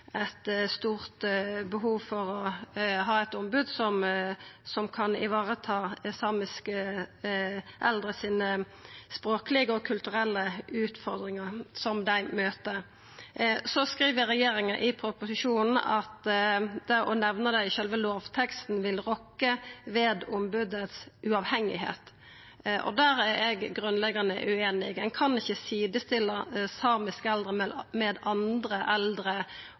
eit stort behov for å ha eit ombod som kan vareta dei språklege og kulturelle utfordringane som samiske eldre møter. Regjeringa skriv i proposisjonen at å nemna det i sjølve lovteksten vil rokka ved sjølvstendet til ombodet. Der er eg grunnleggjande ueinig. Ein kan ikkje sidestilla samiske eldre og deira behov med andre eldre